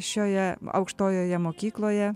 šioje aukštojoje mokykloje